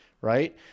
right